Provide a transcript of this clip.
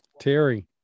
Terry